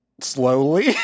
Slowly